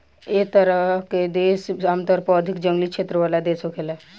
एह तरह के देश आमतौर पर अधिक जंगली क्षेत्र वाला देश होखेला